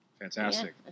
Fantastic